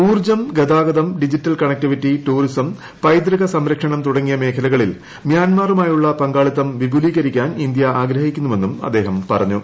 ഊർജ്ജം ഗതാഗതം digital connectivity tourism പൈതൃക സംരക്ഷണം തുടങ്ങിയ മേഖലകളിൽ മ്യാൻമറുമായുള്ള പങ്കാളിത്തം വിപൂലീകരിക്കാൻ ഇന്ത്യ ആഗ്രഹിക്കുന്നുവെന്നും അദ്ദേഹം പറഞ്ഞു